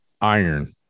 iron